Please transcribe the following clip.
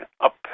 up